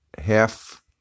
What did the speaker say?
half